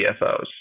CFOs